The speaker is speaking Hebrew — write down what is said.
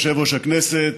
אדוני יושב-ראש הכנסת,